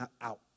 out